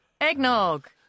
Eggnog